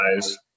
guys